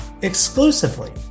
exclusively